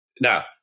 Now